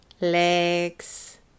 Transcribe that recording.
legs